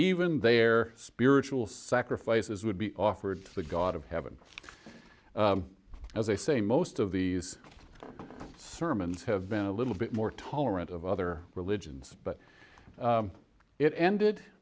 even their spiritual sacrifices would be offered to the god of heaven as i say most of these sermons have been a little bit more tolerant of other religions but it ended